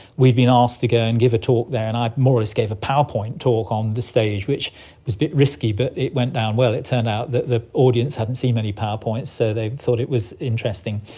we'd been asked to go and give a talk there, and i more or less gave a powerpoint talk on the stage, which was a bit risky but it went down well. it turned out that the audience hadn't seen many powerpoints, so they thought it was interesting.